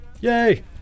Yay